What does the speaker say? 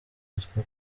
witwa